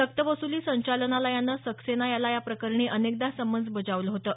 सक्तवसुली संचालनालयानं सक्सेना याला याप्रकरणी अनेकदा समन्स बजावलं होतं